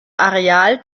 areal